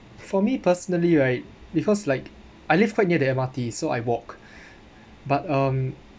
for me personally right because like I live quite near the M_R_T so I walk but um